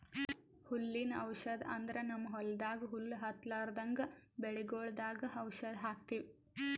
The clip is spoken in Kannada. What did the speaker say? ಹುಲ್ಲಿನ್ ಔಷಧ್ ಅಂದ್ರ ನಮ್ಮ್ ಹೊಲ್ದಾಗ ಹುಲ್ಲ್ ಹತ್ತಲ್ರದಂಗ್ ಬೆಳಿಗೊಳ್ದಾಗ್ ಔಷಧ್ ಹಾಕ್ತಿವಿ